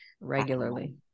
Regularly